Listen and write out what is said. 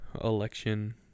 election